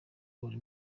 buri